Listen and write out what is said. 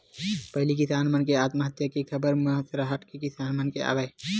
पहिली किसान मन के आत्महत्या के खबर महारास्ट के किसान मन के आवय